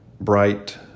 bright